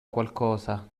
qualcosa